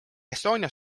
estonia